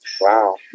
Wow